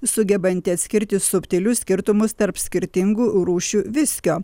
sugebantį atskirti subtilius skirtumus tarp skirtingų rūšių viskio